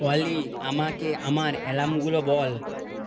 অলি আমাকে আমার এলার্মগুলো বল